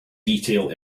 detail